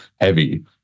heavy